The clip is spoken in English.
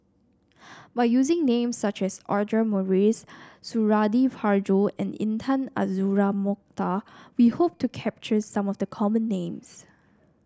by using names such as Audra Morrice Suradi Parjo and Intan Azura Mokhtar we hope to capture some of the common names